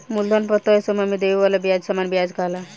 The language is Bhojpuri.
मूलधन पर तय समय में देवे वाला ब्याज सामान्य व्याज कहाला